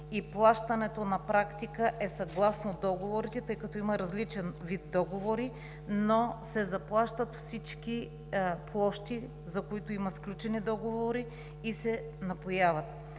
плащането на практика е съгласно договорите, тъй като има различен вид договори, но се заплащат всички площи, за които има сключени договори и се напояват.